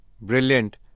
Brilliant